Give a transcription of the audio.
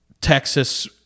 Texas